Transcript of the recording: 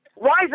rise